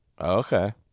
Okay